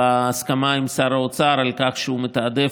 בהסכמה עם שר האוצר על כך שהוא מתעדף